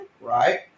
Right